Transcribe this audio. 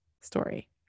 story